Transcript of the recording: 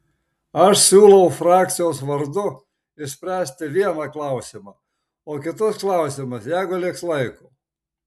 aš siūlau frakcijos vardu išspręsti vieną klausimą o kitus klausimus jeigu liks laiko